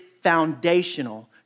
foundational